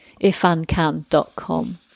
ifancan.com